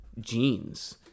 genes